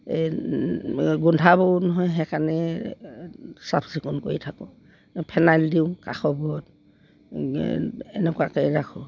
এই গোন্ধাবও নহয় সেইকাৰণে চাফচিকুণ কৰি থাকোঁ ফেনাইল দিওঁ কাষৰবোৰত এনেকুৱাকৈ ৰাখোঁ